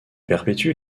perpétue